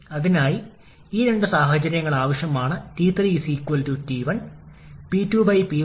അതിനാൽ മുമ്പത്തെ വ്യായാമത്തിന് സമാനമായ ചില പ്രക്രിയകൾ നമ്മൾ പിന്തുടരും അതിനാൽ ഞാൻ കുറച്ച് വേഗത്തിൽ ചെയ്യാൻ ശ്രമിക്കും